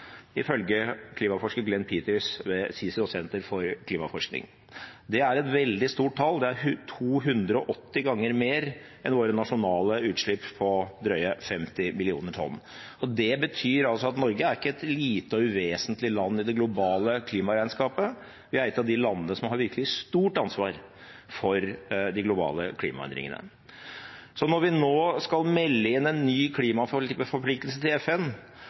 ifølge klimaforsker Glen Peters ved CICERO Senter for klimaforskning. Det er et veldig stort tall. Det er 280 ganger mer enn våre nasjonale utslipp på drøye 50 millioner tonn. Det betyr at Norge ikke er et lite og uvesentlig land i det globale klimaregnskapet. Vi er et av de landene som virkelig har et stort ansvar for de globale klimaendringene. Når vi nå skal melde inn en ny klimaforpliktelse til FN,